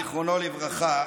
זיכרונו לברכה,